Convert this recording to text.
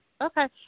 okay